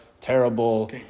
terrible